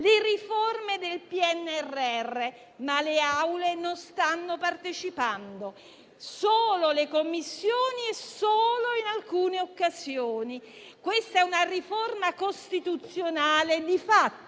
previste dal PNRR, ma le Aule non stanno partecipando, solo le Commissioni e solo in alcune occasioni. Questa è una riforma costituzionale di fatto